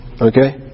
Okay